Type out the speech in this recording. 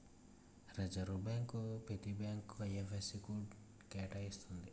reserve bank ప్రతి బ్యాంకుకు IFSC code కేటాయిస్తుంది